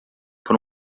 por